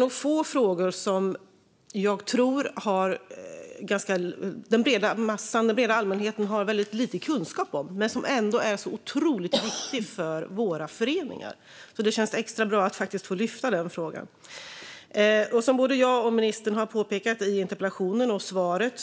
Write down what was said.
Jag tror att det är få frågor som den breda allmänheten har så liten kunskap om men som ändå är så otroligt viktiga för våra föreningar. Det känns därför extra bra att få lyfta denna fråga. Som både jag och ministern har påpekat i interpellationen och svaret